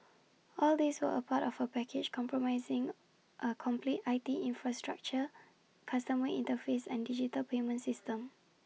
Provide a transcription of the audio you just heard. all these were part of A package comprising A complete I T infrastructure customer interface and digital payment system